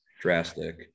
drastic